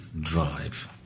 drive